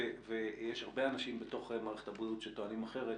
ויש הרבה אנשים בתוך מערכת הבריאות שטוענים אחרת.